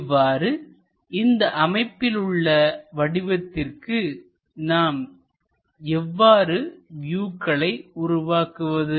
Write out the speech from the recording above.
இவ்வாறு இந்த அமைப்பில் உள்ள வடிவத்திற்கு நாம் எவ்வாறு வியூக்களை உருவாக்குவது